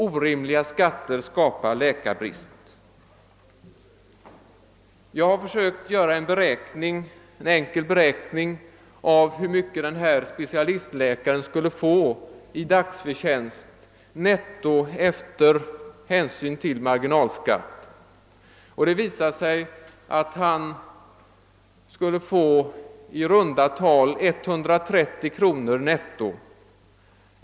Orimliga skatter skapar läkarbrist.> Jag har försökt göra en enkel beräkning av hur mycket specialistiäkaren skulle få netto med hänsyn till marginalskatt för en ytterligare arbetsdag i veckan, och det visar sig att dagsförtjänsten efter skatt i runda tal blir 130 kronor.